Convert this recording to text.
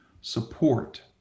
support